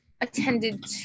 attended